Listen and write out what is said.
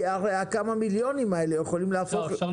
כי הרי כמה המיליונים האלה יכולים להפוך --- אפשר.